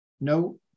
no